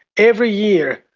every year,